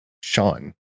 Sean